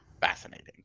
fascinating